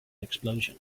explosion